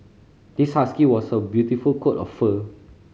this husky has a beautiful coat of fur